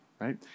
right